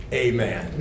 amen